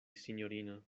sinjorino